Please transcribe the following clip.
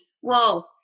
whoa